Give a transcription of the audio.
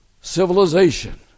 civilization